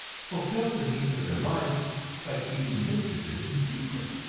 fulfill the needs of their lives by keeping mistresses in secret